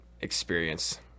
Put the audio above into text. experience